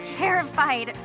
terrified